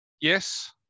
Yes